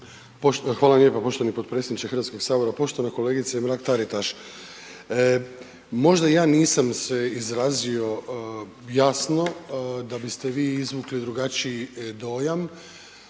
Hvala lijepa poštovani potpredsjedniče Hrvatskoga sabora. Poštovana kolegice Mrak Taritaš, možda ja nisam se izrazio jasno da biste vi izvukli drugačiji dojam.